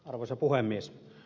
arvoisa puhemies